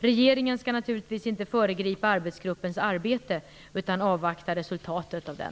Regeringen skall naturligtvis inte föregripa arbetsgruppens arbete utan avvaktar resultatet av det.